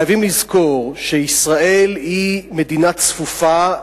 חייבים לזכור שישראל היא מדינה צפופה,